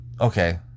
okay